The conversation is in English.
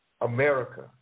America